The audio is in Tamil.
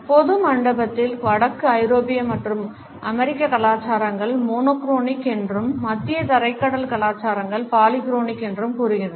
பொது மண்டபத்தில் வடக்கு ஐரோப்பிய மற்றும் அமெரிக்க கலாச்சாரங்கள் மோனோ குரோனிக் என்றும் மத்திய தரைக்கடல் கலாச்சாரங்கள் பாலிக்ரோனிக் என்றும் கூறுகின்றன